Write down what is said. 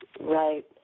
Right